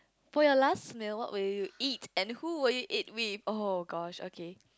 for your last meal what would you eat and who would you eat with oh-gosh okay